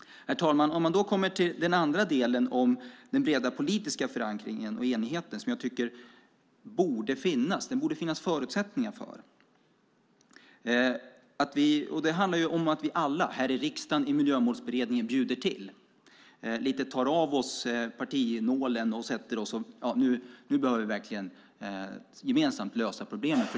Herr talman! Då kommer jag till den andra delen, den breda politiska förankringen och enigheten, som jag tycker att det borde finnas förutsättningar för. Det handlar om att vi alla här i riksdagen i Miljömålsberedningen bjuder till, tar av oss partinålen och sätter oss för att gemensamt lösa problemen.